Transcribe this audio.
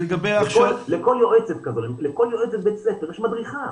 לכל יועצת בית ספר יש מדריכה